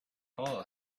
hole